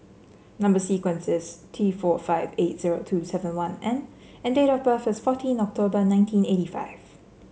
number sequence is T four five eight zero two seven one N and date of birth is fourteen October nineteen eighty five